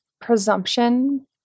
presumption